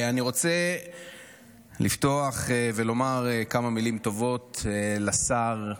אני רוצה לפתוח ולומר כמה מילים טובות לשר,